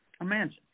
Imagine